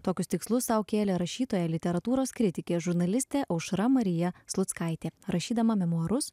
tokius tikslus sau kėlė rašytoja literatūros kritikė žurnalistė aušra marija sluckaitė rašydama memuarus